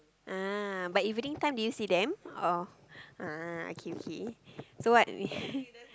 ah but evening time do you see them or ah okay okay so what we